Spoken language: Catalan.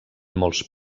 molts